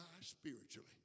spiritually